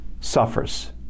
suffers